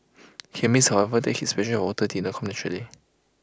he admits however that his passion water did not come naturally